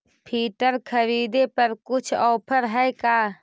Filter खरिदे पर कुछ औफर है का?